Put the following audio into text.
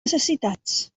necessitats